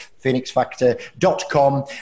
phoenixfactor.com